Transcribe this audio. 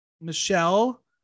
Michelle